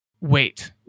wait